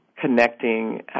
connecting